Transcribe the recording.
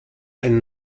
ein